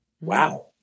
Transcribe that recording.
Wow